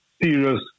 serious